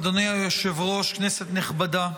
אדוני היושב-ראש, כנסת נכבדה,